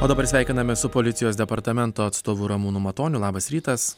o dabar sveikinamės su policijos departamento atstovu ramūnu matoniu labas rytas